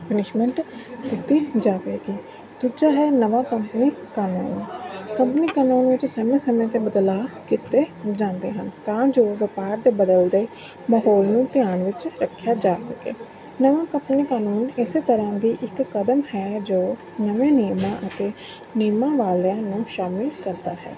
punishment ਦਿੱਤੀ ਜਾਵੇਗੀ ਦੂਜਾ ਹੈ ਨਵਾਂ ਕੰਪਨੀ ਕਾਨੂੰਨ ਕੰਪਨੀ ਕਾਨੂੰਨ ਵਿੱਚ ਸਮੇਂ ਸਮੇਂ 'ਤੇ ਬਦਲਾਅ ਕੀਤੇ ਜਾਂਦੇ ਹਨ ਤਾਂ ਜੋ ਵਪਾਰ ਦੇ ਬਦਲਦੇ ਮਾਹੌਲ ਨੂੰ ਧਿਆਨ ਵਿੱਚ ਰੱਖਿਆ ਜਾ ਸਕੇ ਨਵਾਂ ਕੰਪਨੀ ਕਾਨੂੰਨ ਇਸੇ ਤਰ੍ਹਾਂ ਦਾ ਇੱਕ ਕਦਮ ਹੈ ਜੋ ਨਵੇਂ ਨਿਯਮਾਂ ਅਤੇ ਨਿਯਮਾਂ ਵਾਲਿਆਂ ਨੂੰ ਸ਼ਾਮਿਲ ਕਰਦਾ ਹੈ